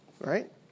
right